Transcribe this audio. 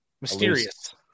mysterious